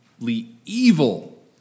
evil